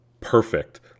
perfect